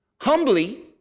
humbly